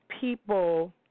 people